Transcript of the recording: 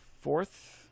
Fourth